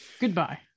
Goodbye